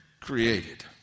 created